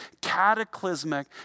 cataclysmic